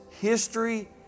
history